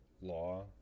Law